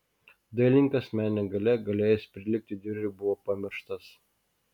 dailininkas menine galia galėjęs prilygti diureriui buvo pamirštas